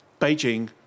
Beijing